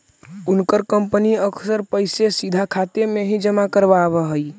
उनकर कंपनी अक्सर पैसे सीधा खाते में ही जमा करवाव हई